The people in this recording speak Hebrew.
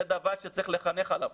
זה דבר שצריך לחנך עליו.